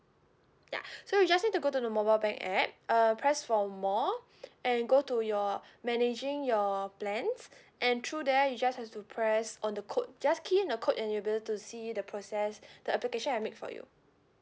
ya so you just need to go to the mobile bank app uh press for more and go to your managing your plans and through there you just have to press on the code just key in the code and you'll able to see the process the application I make for you